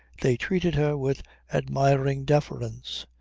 they treated her with admiring deference.